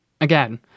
Again